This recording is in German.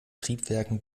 triebwerken